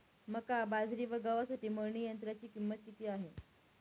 मका, बाजरी व गव्हासाठी मळणी यंत्राची किंमत किती आहे?